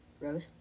Rose